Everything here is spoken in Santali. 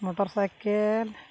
motor cycle